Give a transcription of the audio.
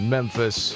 Memphis